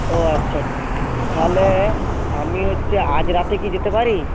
ও আচ্ছা আচ্ছা তাহলে আমি হচ্ছে আজ রাতে কি যেতে পারি